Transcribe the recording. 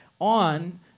on